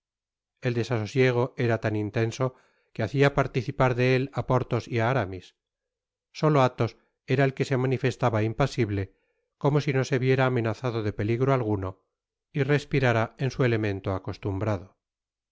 el desasosiego era tan intenso que hacia participar de él á porthos y á ararais solo athos era el que se manifestaba impasible como si no se viera amenazado de peligro alguno y respirára en su elemente acostumbrado